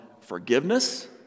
forgiveness